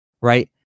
right